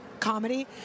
comedy